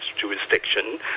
jurisdiction